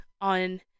on